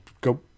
go